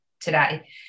today